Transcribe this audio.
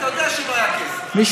אתה יודע שלא היה כסף, מי